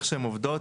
איך שהן עובדות,